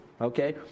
Okay